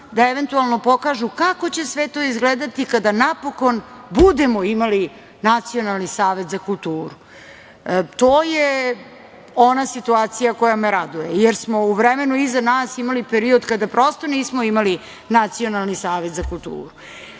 da eventualno pokažu kako će sve to izgledati kada napokon budemo imali Nacionalni savet za kulturu. To je ona situacija koja me raduje, jer smo u vremenu iza nas imali period kada prosto nismo imali Nacionalni savet za kulturu. Govorilo